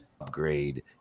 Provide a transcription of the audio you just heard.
upgrade